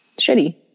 shitty